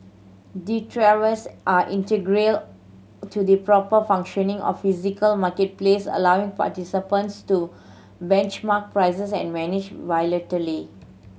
are integral to the proper functioning of physical marketplace allowing participants to benchmark prices and manage volatility